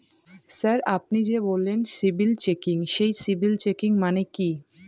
Sir আপনি যে বললেন সিবিল চেকিং সেই সিবিল চেকিং মানে কি?